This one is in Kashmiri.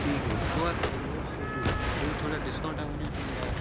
ٹھیٖک حٕظ چھُ ژور ہَتھ رۄپیہِ حٕظ سُہ حٕظ گوٚو مَگَر درٛوگ تھوڑا ڈِسکاوُنٹا ؤنِو تُہۍ یارٕ